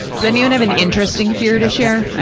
does anyone have an interesting fear to share?